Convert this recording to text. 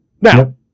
Now